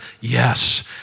Yes